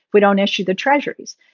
we don't issue the treasuries.